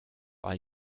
are